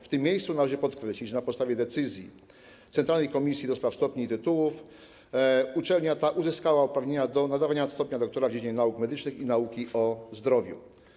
W tym miejscu należy podkreślić, że na podstawie decyzji Centralnej Komisji do Spraw Stopni i Tytułów uczelnia ta uzyskała uprawnienia do nadawania stopnia doktora w dziedzinie nauk medycznych i nauki o zdrowiu.